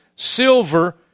Silver